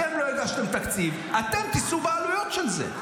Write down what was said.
אתם לא הגשתם תקציב, אתם תישאו בעלויות של זה.